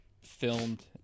filmed